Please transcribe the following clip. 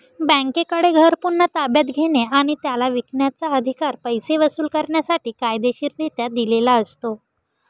बँकेकडे घर पुन्हा ताब्यात घेणे आणि त्याला विकण्याचा, अधिकार पैसे वसूल करण्यासाठी कायदेशीररित्या दिलेला असतो